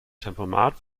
tempomat